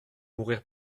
mourir